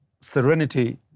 serenity